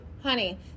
honey